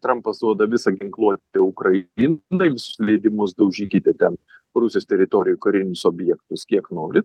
trampas duoda visą ginkluotę ukrainai visus leidimus daužykite ten rusijos teritorijoj karinius objektus kiek nori